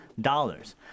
dollars